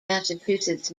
massachusetts